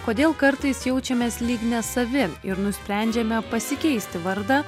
kodėl kartais jaučiamės lyg nesavi ir nusprendžiame pasikeisti vardą